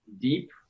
deep